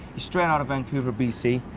straight out of vancouver bc,